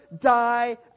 die